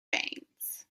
faints